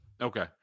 Okay